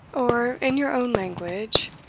or, in your own language,